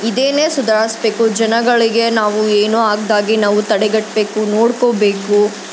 ಇದೇನೇ ಸುಧಾರಿಸ್ಬೇಕು ಜನಗಳಿಗೆ ನಾವು ಏನೂ ಆಗದಾಗೆ ನಾವು ತಡೆಗಟ್ಟಬೇಕು ನೋಡ್ಕೋಬೇಕು